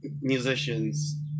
musicians